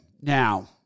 Now